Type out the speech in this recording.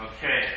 Okay